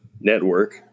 network